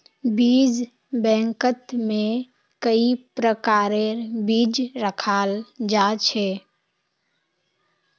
बीज बैंकत में कई प्रकारेर बीज रखाल जा छे